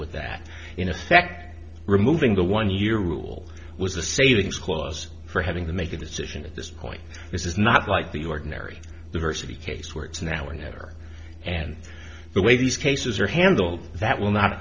with that in effect removing the one year rule was the savings clause for having to make a decision at this point this is not like the ordinary diversity case where it's now or never and the way these cases are handled that will not